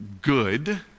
good